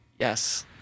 Yes